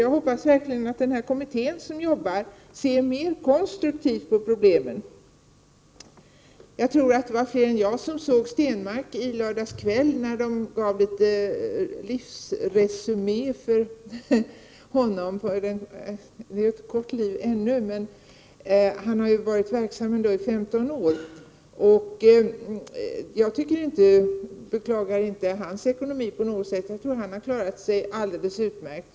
Jag hoppas att den kommitté som arbetar med dessa frågor ser mera konstruktivt på problemen. Det var väl fler än jag som såg programmet i TV i lördags kväll om Ingemar Stenmark. Man gjorde ju ett slags resumé av vad han utfört. Visserligen är han inte särskilt gammal. Men han har ändå varit verksam inom idrotten i 15 år. Jag beklagar inte hans ekonomi på något sätt. I stället tror jag att han har klarat sig alldeles utmärkt.